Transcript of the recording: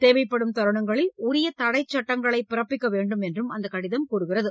தேவைப்படும் தருணங்களில் உரிய தடைச் சட்டங்களை பிறப்பிக்க வேண்டும் என்றும் அந்த கடிதம் கேட்டுக் கொள்கிறது